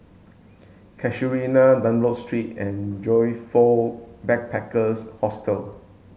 Casuarina Dunlop Street and Joyfor Backpackers' Hostel